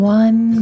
one